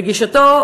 לגישתו,